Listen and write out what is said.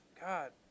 God